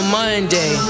Monday